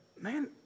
man